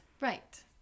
Right